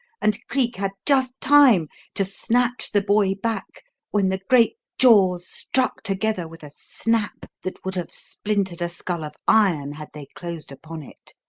and cleek had just time to snatch the boy back when the great jaws struck together with a snap that would have splintered a skull of iron had they closed upon it.